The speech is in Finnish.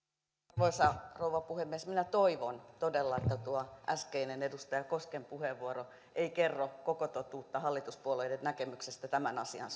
arvoisa rouva puhemies minä toivon todella että tuo äskeinen edustaja kosken puheenvuoro ei kerro koko totuutta hallituspuolueiden näkemyksestä tämän asian